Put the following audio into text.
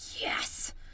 yes